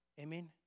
Amen